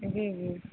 جی جی